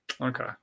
Okay